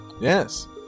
Yes